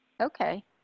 Okay